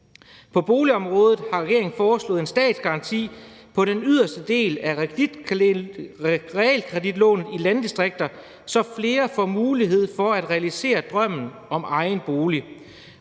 På boligområdet har regeringen foreslået en statsgaranti på den yderste del af realkreditlånet i landdistrikter, så flere får mulighed for at realisere drømmen om egen bolig.